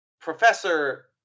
Professor